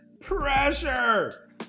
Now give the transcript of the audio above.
Pressure